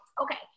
Okay